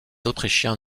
autrichiens